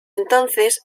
entonces